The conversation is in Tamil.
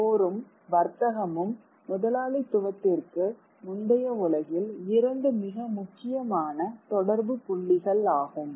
போரும் வர்த்தகமும் முதலாளித்துவத்திற்கு முந்தைய உலகில் 2 மிக முக்கியமான தொடர்பு புள்ளிகள் ஆகும்